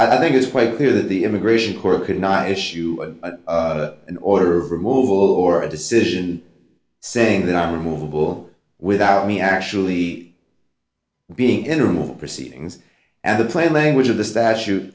i think it's quite clear that the immigration court could not issue an order of removal or a decision saying that on a movable without me actually being interim of proceedings and the plain language of the statute